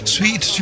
Sweet